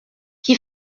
qui